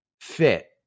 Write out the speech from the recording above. fit